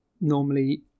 normally